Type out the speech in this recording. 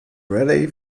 rayleigh